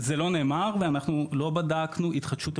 זה לא נאמר, ואנחנו לא בדקנו התחדשות עירונית,